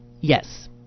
Yes